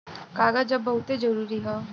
कागज अब बहुते जरुरी हौ